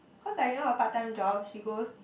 cause like you know her part time job she goes